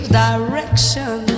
direction